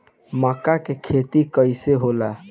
मका के खेती कइसे होला?